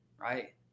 right